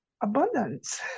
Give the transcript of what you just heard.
abundance